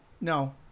No